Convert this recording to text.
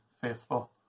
faithful